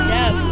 Yes